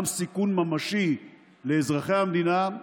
גם סיכון ממשי לאזרחי המדינה,